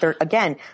again